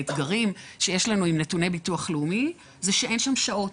האתגרים שיש לנו עם נתוני ביטוח לאומי זה שאין שם שעות.